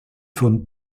von